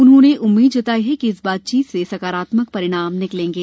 उन्होंने उम्मीद जताई कि इस बातचीत से सकारात्मक परिणाम निकलेंगे